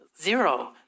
Zero